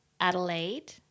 Adelaide